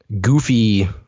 goofy